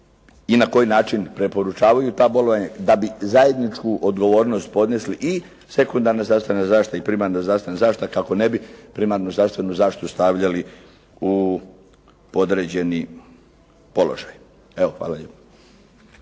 i na koji način preporučavaju ta bolovanja da bi zajedničku odgovornost podnesli i sekundarna zdravstvena zaštita i primarna zdravstvena zaštita kako ne bi primarnu zdravstvenu zaštitu stavljali u podređeni položaj. Evo hvala lijepa.